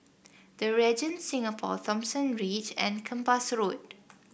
The Regent Singapore Thomson Ridge and Kempas Road